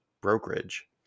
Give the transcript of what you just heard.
brokerage